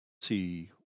see